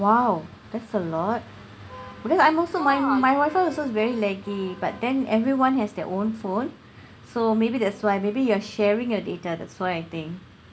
!wow! that's a lot because I'm also my my wifi is also very laggy but then everyone has their own phone so maybe that's why maybe you're sharing your data that's why I think